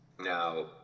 Now